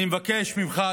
אני מבקש ממך,